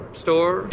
store